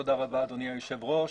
תודה רבה אדוני היושב ראש.